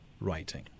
writing